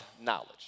knowledge